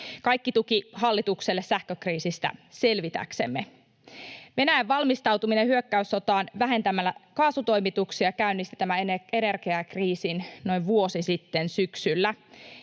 Kaikki tuki hallitukselle sähkökriisistä selvitäksemme. Venäjän valmistautuminen hyökkäyssotaan vähentämällä kaasutoimituksia käynnisti tämän energiakriisin noin vuosi sitten syksyllä,